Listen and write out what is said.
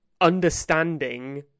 understanding